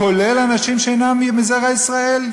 כולל אנשים שאינם מזרע ישראל.